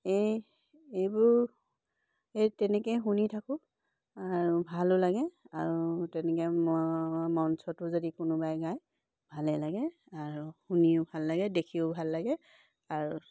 এই এইবোৰ এই তেনেকেই শুনি থাকোঁ আৰু ভালো লাগে আৰু তেনেকৈ ম মঞ্চতো যদি কোনোবাই গায় ভালেই লাগে আৰু শুনিও ভাল লাগে দেখিও ভাল লাগে আৰু